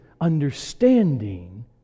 understanding